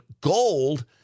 gold